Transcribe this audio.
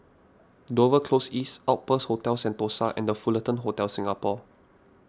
Dover Close East Outpost Hotel Sentosa and the Fullerton Hotel Singapore